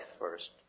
first